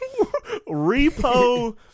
Repo